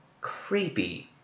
creepy